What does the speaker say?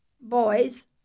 boys